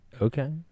Okay